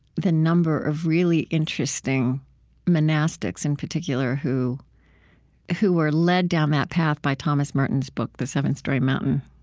the number of really interesting monastics in particular who who were led down that path by thomas merton's book, the seven storey mountain.